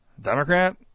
Democrat